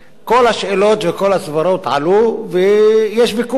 כל השאלות וכל הסברות עלו ויש ויכוח.